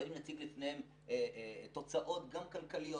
אבל אם נציג לפניהם תוצאות גם כלכליות,